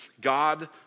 God